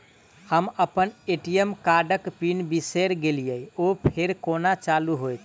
हम अप्पन ए.टी.एम कार्डक पिन बिसैर गेलियै ओ फेर कोना चालु होइत?